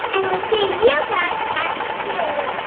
and we'll see you guys at the cruise.